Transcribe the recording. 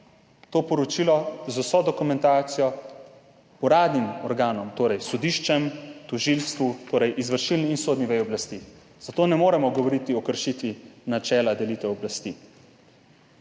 javno, z vso dokumentacijo, uradnim organom – sodiščem, tožilstvu, torej izvršilni in sodni veji oblasti, zato ne moremo govoriti o kršitvi načela delitve oblasti.